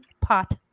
pot